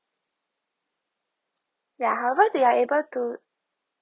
ya however they are able to